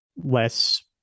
less